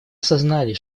осознали